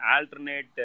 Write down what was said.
alternate